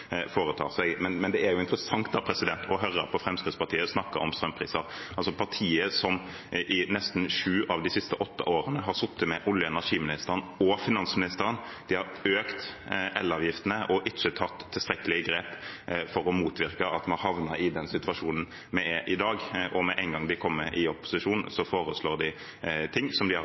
foretar seg. Men det er interessant å høre Fremskrittspartiet, partiet som i nesten sju av de siste åtte årene har sittet med olje- og energiministeren og finansministeren, snakke om strømpriser. De har økt elavgiftene og ikke tatt tilstrekkelig med grep for å motvirke at vi har havnet i den situasjonen vi er i i dag. Og med en gang de kommer i opposisjon, foreslår de ting som går helt i motsatt retning av det de